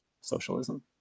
socialism